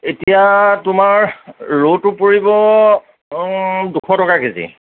এতিয়া তোমাৰ ৰৌটো পৰিব দুশ টকা কেজি